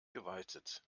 geweitet